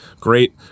great